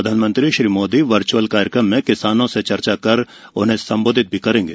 प्रधानमंत्री श्री मोदी वर्च्अल कार्यक्रम में किसानों से चर्चा कर उन्हें संबोधित करेंगे